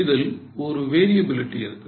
இதில் ஒரு variability இருக்கிறது